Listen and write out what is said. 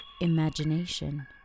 Imagination